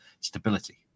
stability